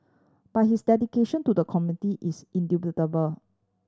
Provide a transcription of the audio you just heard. but his dedication to the community is indubitable